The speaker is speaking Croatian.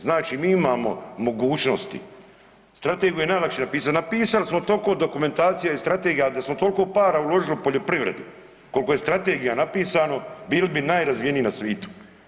Znači mi imamo mogućnosti, strategiju je najlakše napisati, napisali smo to ko dokumentacija i strategija, al da smo toliko para uložili u poljoprivredu koliko je strategija napisano bili bi najrazvijeniji na svitu.